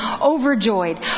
overjoyed